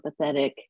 empathetic